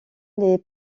les